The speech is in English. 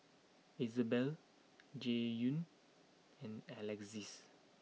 Isabelle Jaidyn and Alexis